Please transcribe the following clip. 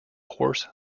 horse